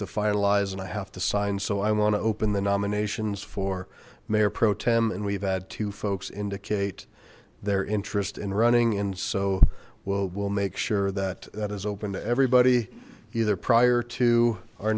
finalize and i have to sign so i want to open the nominations for mayor pro tem and we've had two folks indicate their interest in running and so we'll make sure that that is open to everybody either prior to our